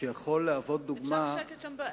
שיכול להוות דוגמה, אפשר שקט שם?